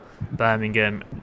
Birmingham